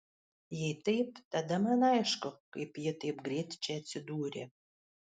jei taip tada man aišku kaip ji taip greit čia atsidūrė